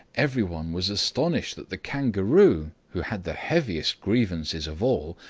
everyone was astounded that the kangaroo, who had the heaviest grievances of all,